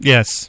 Yes